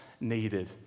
needed